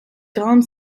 grande